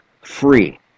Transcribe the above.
free